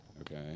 Okay